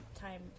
time